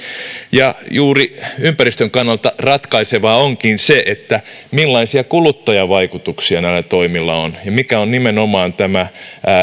juuri ympäristön kannalta ratkaisevaa onkin se millaisia kuluttajavaikutuksia näillä toimilla on ja mikä on nimenomaan tämä